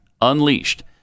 unleashed